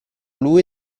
lui